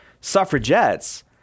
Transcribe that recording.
suffragettes